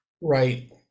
Right